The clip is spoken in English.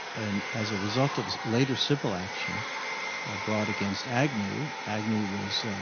and as a result of later civil action ah brought against agnew, agnew was